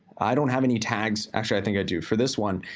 i don't have any tags. actually, i think i do, for this one.